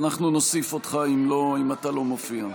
אנחנו נוסיף אותך אם אתה לא מופיע.